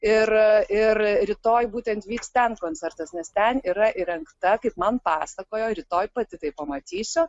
ir ir rytoj būtent vyks ten koncertas nes ten yra įrengta kaip man pasakojo rytoj pati tai pamatysiu